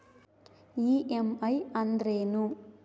EMI ಅಂದ್ರೇನು?